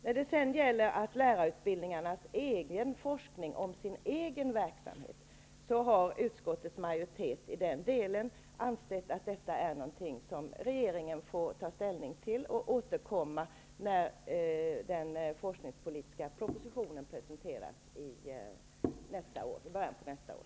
När det gäller lärarutbildningarnas egen forskning om den egna verksamheten har utskottsmajoriteten ansett att detta är något som regeringen får ta ställning till och återkomma till riksdagen när den forskningspolitiska propositionen presenteras i början av nästa år.